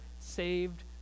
saved